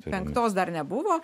penktos dar nebuvo